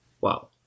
Wow